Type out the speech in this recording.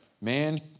Man